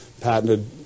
patented